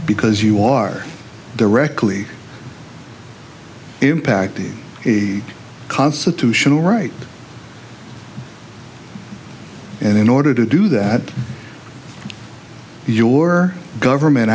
because you are directly impacted a constitutional right and in order to do that your government